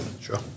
Sure